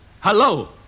Hello